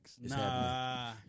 Nah